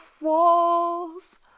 walls